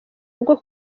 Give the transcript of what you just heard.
rugo